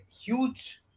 huge